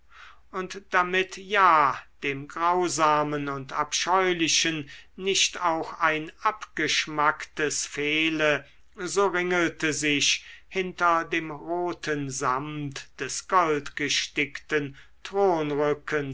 und damit ja dem grausamen und abscheulichen nicht auch ein abgeschmacktes fehle so ringelte sich hinter dem roten samt des